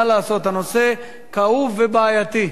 מה לעשות, הנושא כאוב ובעייתי.